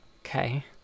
Okay